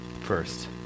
first